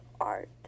art